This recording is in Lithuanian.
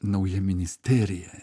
nauja ministerija